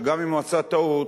שגם אם הוא עשה טעות,